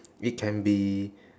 it can be